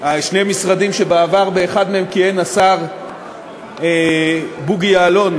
שני משרדים שבעבר באחד מהם כיהן השר בוגי יעלון,